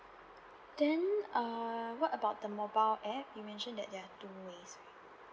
then uh what about the mobile app you mentioned that there are two ways